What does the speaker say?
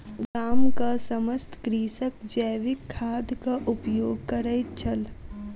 गामक समस्त कृषक जैविक खादक उपयोग करैत छल